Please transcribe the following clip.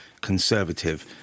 Conservative